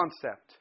concept